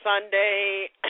Sunday